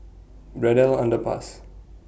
Braddell Underpass